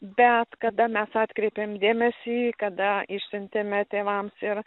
bet kada mes atkreipėm dėmesį kada išsiuntėme tėvams ir